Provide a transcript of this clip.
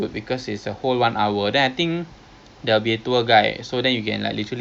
so we got two more weeks actually so okay lah that's ons saturday tak boleh lah